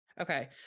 okay